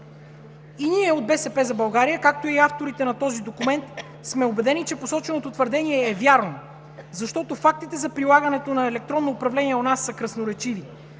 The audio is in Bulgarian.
И ние от „БСП за България“, както и авторите на този документ, сме убедени, че посоченото твърдение е вярно, защото фактите за прилагането на електронно управление у нас са красноречиви,